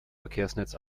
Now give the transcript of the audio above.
verkehrsnetz